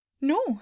No